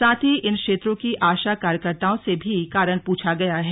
साथ ही इन क्षेत्रों की आशा कार्यकर्ताओं से भी इसका कारण पूछा गया है